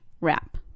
wrap